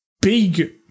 big